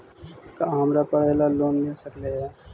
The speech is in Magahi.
का हमरा पढ़े ल लोन मिल सकले हे?